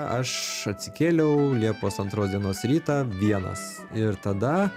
aš atsikėliau liepos antros dienos rytą vienas ir tada